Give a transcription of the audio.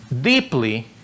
deeply